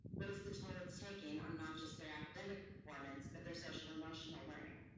what is the toll it's taking, on not just their academic performance, but their social-emotional learning.